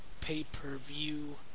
pay-per-view